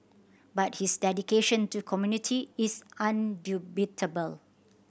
but his dedication to community is